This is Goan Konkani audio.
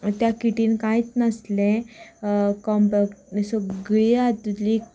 त्या किटिन कायच नासले कॉम्पेक्ट सगळी हातुंतली